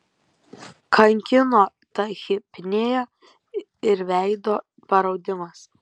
kankino tachipnėja ir veido paraudimas